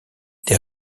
des